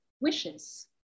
wishes